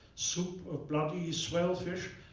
soup of bloody swellfish,